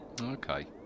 Okay